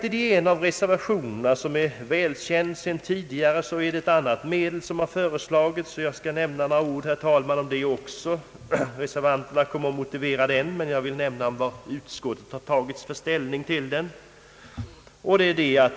I en av reservationerna, som är välkänd tidigare, föreslås ett annat medel, och jag skall, herr talman, nämna några ord om det också. Reservanterna kommer att framlägga sin motivering, men jag vill nämna vad utskottet har tagit för ställning till den.